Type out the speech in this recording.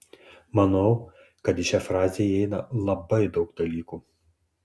manau kad į šią frazę įeina labai daug dalykų